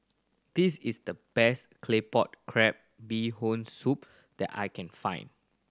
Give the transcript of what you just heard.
this is the best Claypot Crab Bee Hoon Soup that I can find